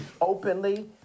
openly